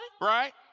Right